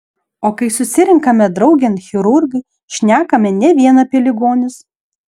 o kai susirenkame draugėn chirurgai šnekame ne vien apie ligonius